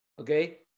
okay